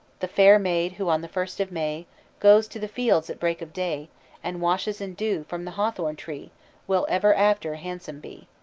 the fair maid who on the first of may goes to the fields at break of day and washes in dew from the hawthorn tree will ever after handsome be.